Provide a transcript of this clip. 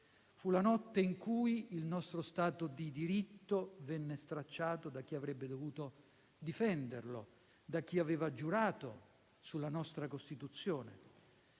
Fu la notte in cui il nostro Stato di diritto venne stracciato da chi avrebbe dovuto difenderlo, da chi aveva giurato sulla nostra Costituzione.